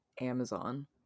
Amazon